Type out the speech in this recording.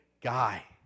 guy